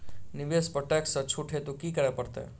निवेश पर टैक्स सँ छुट हेतु की करै पड़त?